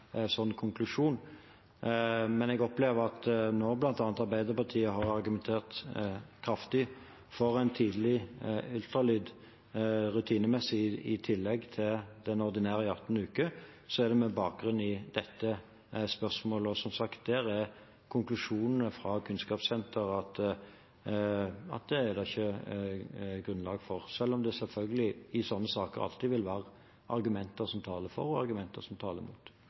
konklusjon, men jeg opplever at når bl.a. Arbeiderpartiet har argumentert kraftig for rutinemessig tidlig ultralyd, i tillegg til den ordinære i uke 18, er det med bakgrunn i dette spørsmålet. Som sagt er konklusjonene fra Kunnskapssenteret at det er det ikke grunnlag for – selv om det i slike saker selvfølgelig alltid vil være argumenter som taler for, og argumenter som taler mot.